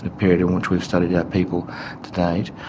ah period in which we've studied our people to date.